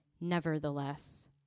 nevertheless